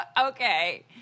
Okay